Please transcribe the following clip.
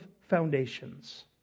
foundations